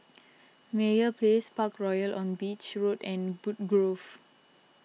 Meyer Place Parkroyal on Beach Road and Woodgrove